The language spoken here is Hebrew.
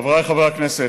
חבריי חברי הכנסת,